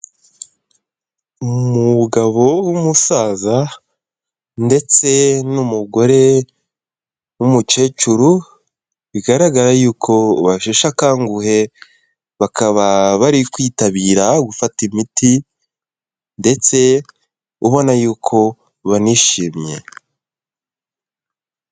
Umugabo w'umusaza ndetse n'umugore w'umukecuru, bigaragara yuko basheshe akanguhe, bakaba bari kwitabira gufata imiti ndetse ubona yuko banishimye.